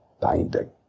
binding